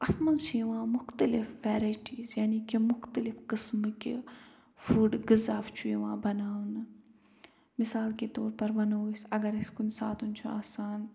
اَتھ منٛز چھِ یِوان مختلِف وٮ۪رَیٹیٖز یعنی کہِ مُختلِف قٕسمٕکہِ فُڈ غذا چھُ یِوان بناونہٕ مِثال کے طور پر وَنَو أسۍ اَگر اَسہِ کُنہِ ساتہٕ چھُ آسان